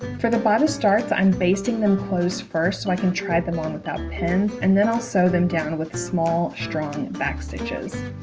for the bodice darts i'm basting them closed first so i can try them on without pins and then i'll sew them down with small strong back stitches